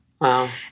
Wow